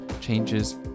changes